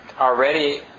already